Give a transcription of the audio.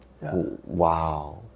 Wow